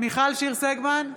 מיכל שיר סגמן,